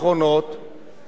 גם במגזר החרדי